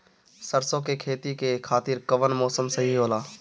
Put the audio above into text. सरसो के खेती के खातिर कवन मौसम सही होला?